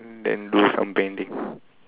then do something painting